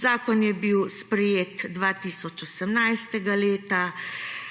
Zakon je bil sprejet 2018 leta,